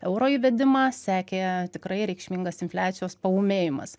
euro įvedimą sekė tikrai reikšmingas infliacijos paūmėjimas